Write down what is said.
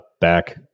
back